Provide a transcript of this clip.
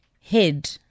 head